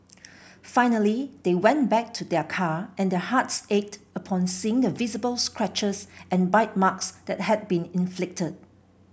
finally they went back to their car and their hearts ached upon seeing the visible scratches and bite marks that had been inflicted